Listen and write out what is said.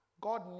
God